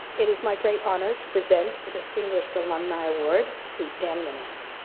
it is my great honor to present the distinguished alumni award to dan minahan.